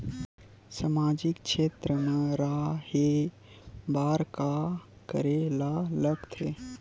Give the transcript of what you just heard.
सामाजिक क्षेत्र मा रा हे बार का करे ला लग थे